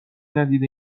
ندیده